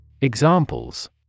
Examples